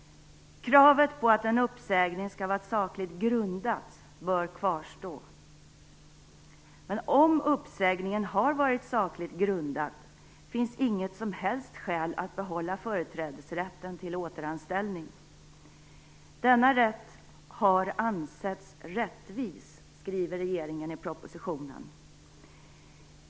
Kravet på att en uppsägning skall vara sakligt grundad bör kvarstå. Men om uppsägningen har varit sakligt grundad finns det inget som helst skäl att behålla företrädesrätten till återanställning. Denna rätt "har ansetts rättvis", skriver regeringen i propositionen.